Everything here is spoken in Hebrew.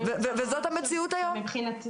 מבחינתי